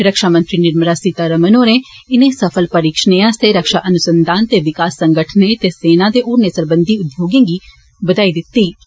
रक्षामंत्री निर्मला सीतारमण होरें इने सफल परीक्षणें आस्तै रक्षा अनुसंघान ते विकास संगठन ते सेना ते होरनें सरबंधी उद्योगें गी बदाई दिती ऐ